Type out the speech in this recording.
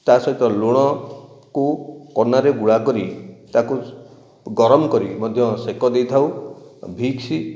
ତା' ସହିତ ଲୁଣକୁ କନାରେ ଗୁଳା କରି ତାକୁ ଗରମ କରି ମଧ୍ୟ ଶେକ ଦେଇଥାଉ ଭିକ୍ସ